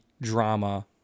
drama